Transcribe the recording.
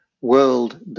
world